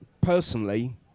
personally